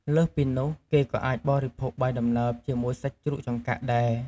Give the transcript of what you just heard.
លើសពីនោះ គេក៏អាចបរិភោគបាយដំណើបជាមួយសាច់ជ្រូកចង្កាក់ដែរ។